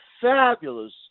fabulous